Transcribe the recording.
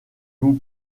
vous